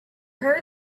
heard